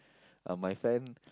uh my friend